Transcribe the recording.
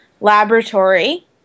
laboratory